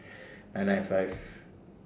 nine nine five